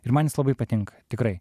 ir man jis labai patinka tikrai